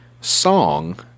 song